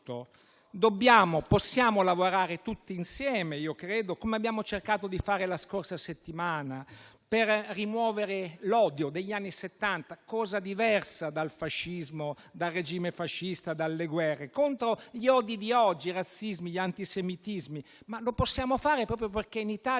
possiamo lavorare tutti insieme, come abbiamo cercato di fare la scorsa settimana, per rimuovere l'odio degli anni Settanta, cosa diversa dal fascismo, dal regime fascista e dalle guerre, contro gli odi di oggi, i razzismi e gli antisemitismi, ma lo possiamo fare proprio perché in Italia